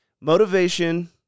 Motivation